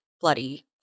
bloody